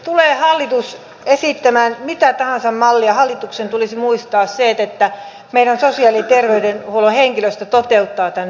tulee hallitus esittämään mitä tahansa mallia hallituksen tulisi muistaa se että meidän sosiaali ja terveydenhuollon henkilöstö toteuttaa tämän mallin